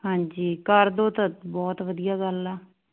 ਹਾਂਜੀ ਕਰ ਦੋ ਤਾਂ ਬਹੁਤ ਵਧੀਆ ਗੱਲ ਆ